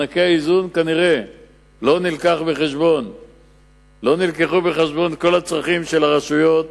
בנושא מענקי האיזון לא נלקחו בחשבון כל הצרכים של הרשויות,